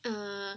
uh